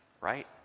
Right